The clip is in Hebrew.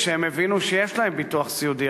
כשהם הבינו שיש להם ביטוח סיעודי.